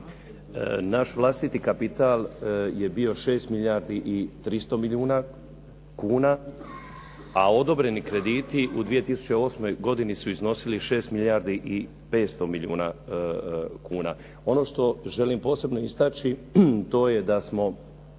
Naš vlastiti kapital je bio 6 milijardi i 300 milijuna kuna, a odobreni krediti u 2008. godini su iznosili 6 milijardi i 500 milijuna kuna. Ono što želim posebno istaći, to je da smo